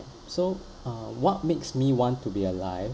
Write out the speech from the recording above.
so uh what makes me want to be alive